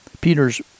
Peter's